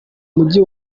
mujyi